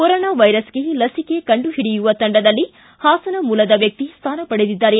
corona ವೈರಸ್ಗೆ ಲಸಿಕೆ ಕಂಡು ಹಿಡಿಯುವ ತಂಡದಲ್ಲಿ ಹಾಸನ ಮೂಲದ ವ್ಯಕ್ತಿ ಸ್ಥಾನ ಪಡೆದಿದ್ದಾರೆ